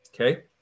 okay